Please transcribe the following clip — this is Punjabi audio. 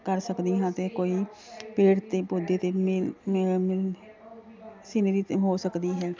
ਕਰ ਸਕਦੀ ਹਾਂ ਅਤੇ ਕੋਈ ਪੇੜ 'ਤੇ ਪੌਦੇ 'ਤੇ ਸੀਨਰੀ 'ਤੇ ਹੋ ਸਕਦੀ ਹੈ